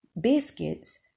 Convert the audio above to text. biscuits